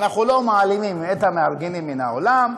אנחנו מעלימים את המארגנים מן העולם,